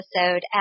episode